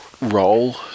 role